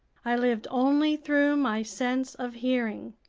i lived only through my sense of hearing!